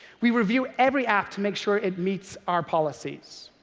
we review every app to make sure it meets our policies.